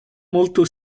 molto